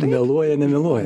meluoja nemeluoja